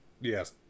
Yes